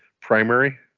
primary